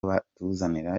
batuzanira